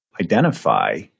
identify